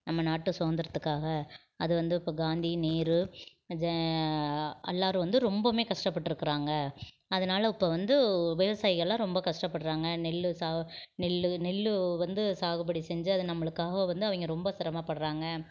நம்ம நாட்டு சுதந்திரத்துக்காக அதுவந்து இப்போ காந்தி நேரு எல்லாரும் வந்து ரொம்பவுமே கஷ்டப்பட்ருக்குறாங்க அதனால இப்போது வந்து விவசாயிகள்லாம் கஷ்டப்படுறாங்க நெல் சா நெல் நெல் வந்து சாகுபடி செஞ்சு அதை நம்மளுக்காக வந்து அவங்க ரொம்ப சிரமப்படுறாங்க